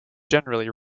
generally